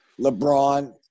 LeBron